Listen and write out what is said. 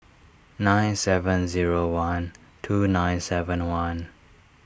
nine seven zero one two nine seven one